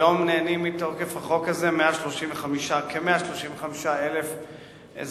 היום נהנים מתוקף החוק הזה כ-135,000 אזרחים.